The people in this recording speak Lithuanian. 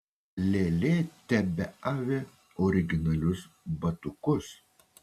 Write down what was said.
lėlė tebeavi originalius batukus